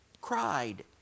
cried